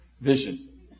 vision